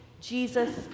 Jesus